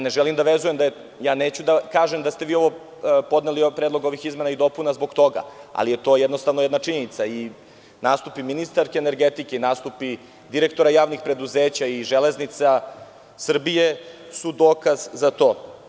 Neću da kažem da ste vi podneli predlog ovih izmena i dopuna zbog toga, ali to je jednostavno jedna činjenica i nastupi ministarke energetike i nastupi direktora javnih preduzeća i „Železnica Srbije“ su dokaz za to.